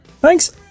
Thanks